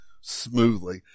smoothly